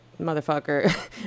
motherfucker